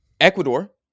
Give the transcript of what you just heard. ecuador